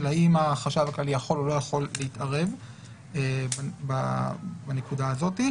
האם החשב הכללי יכול או לא יכול להתערב בנקודה הזאת.